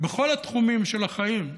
בכל התחומים של החיים,